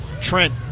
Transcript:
Trent